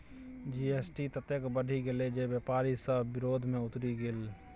GST ततेक बढ़ि गेल जे बेपारी सभ विरोध मे उतरि गेल